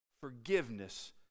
Forgiveness